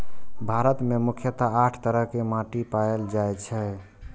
भारत मे मुख्यतः आठ तरह के माटि पाएल जाए छै